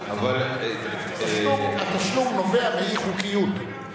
התשלום נובע מאי-חוקיות,